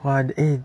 !wah! eh